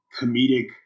comedic